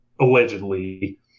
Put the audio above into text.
allegedly